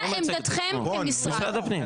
מה עמדתכם כמשרד?